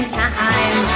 time